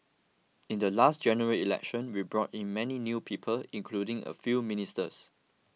in the last General Election we brought in many new people including a few ministers